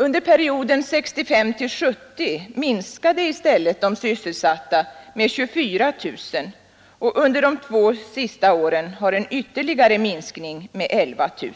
Under perioden 1965—1970 minskade i stället antalet sysselsatta med 24 000, och under de två senaste åren har en ytterligare minskning med 11 000